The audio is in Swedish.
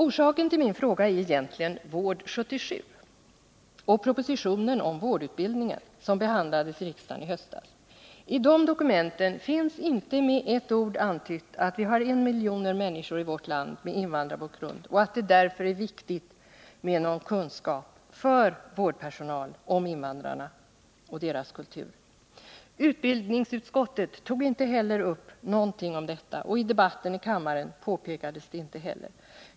Orsaken till min fråga är egentligen Vård 77 och den proposition om vårdutbildningen som behandlades av riksdagen i höstas. I de dokumenten antyds inte med ett ord att vi har en miljon människor i vårt land med invandrarbakgrund och att det därför är viktigt med kunskap hos vårdpersonalen om invandrarna och deras kultur. Utbildningsutskottet tog inte upp någonting om detta, och i debatten i kammaren påpekades det inte heller.